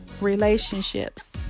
relationships